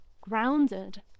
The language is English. grounded